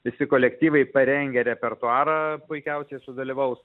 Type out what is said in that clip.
visi kolektyvai parengę repertuarą puikiausiai sudalyvaus